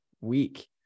week